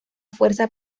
fuerza